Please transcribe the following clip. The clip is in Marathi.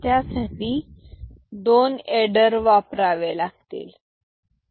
त्या साठी दोन एडर वापरावे लागतील